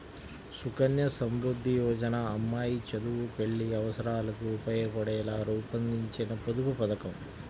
సుకన్య సమృద్ధి యోజన అమ్మాయి చదువు, పెళ్లి అవసరాలకు ఉపయోగపడేలా రూపొందించిన పొదుపు పథకం